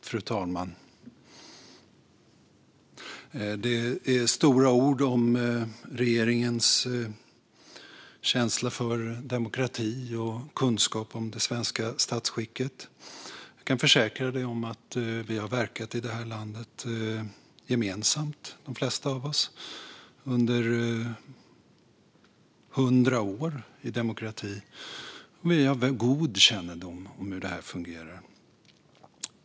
Fru talman! Det är stora ord om regeringens känsla för demokrati och kunskap om det svenska statsskicket. Jag kan försäkra dig, Angelica Lundberg, att vi har verkat i det här landet gemensamt - de flesta av oss - under hundra år av demokrati. Vi har god kännedom om hur det fungerar.